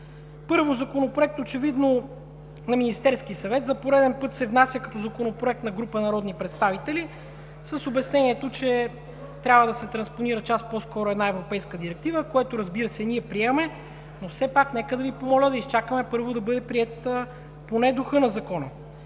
Първо, Законопроектът очевидно е на Министерския съвет и за пореден път се внася като Законопроект на група народни представители с обяснението, че трябва да се транспонира час по-скоро една европейска директива, което, разбира се, приемаме. Все пак нека да Ви помоля да изчакаме първо да бъде приет поне духът на Закона.